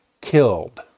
killed